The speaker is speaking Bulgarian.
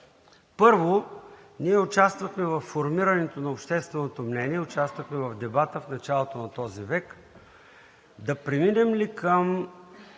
Първо, ние участвахме във формирането на общественото мнение, участвахме в дебата в началото на този век: да преминем ли към